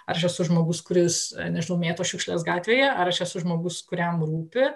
ar aš esu žmogus kuris nežinau mėto šiukšles gatvėje ar aš esu žmogus kuriam rūpi